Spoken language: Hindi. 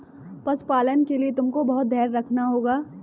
पशुपालन के लिए तुमको बहुत धैर्य रखना होगा